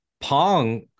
Pong